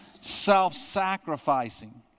self-sacrificing